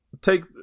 Take